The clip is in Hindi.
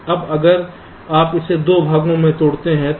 अब अगर आप इसे 2 भागों में तोड़ते हैं